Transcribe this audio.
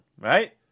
right